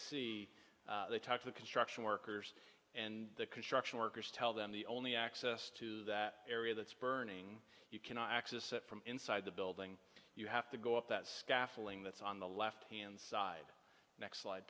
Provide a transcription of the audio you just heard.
see they talk to the construction workers and the construction workers tell them the only access to that area that's burning you cannot access it from inside the building you have to go up that scaffolding that's on the left hand side next sli